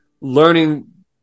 learning